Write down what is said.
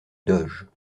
doge